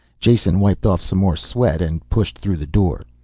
jason wiped off some more sweat and pushed through the door.